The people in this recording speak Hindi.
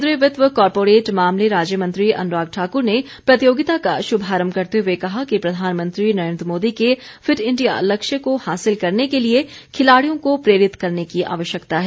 केंद्रीय वित्त व कॉरपोरेट मामले राज्य मंत्री अनुराग ठाकुर ने प्रतियोगिता का शुभारम्भ करते हुए कहा कि प्रधानमंत्री नरेंद्र मोदी के फिट इंडिया लक्ष्य को हासिल करने के लिए खिलाड़ियों को प्रेरित करने की आवश्यकता है